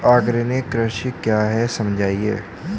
Organic कृषि क्या है समझाइए?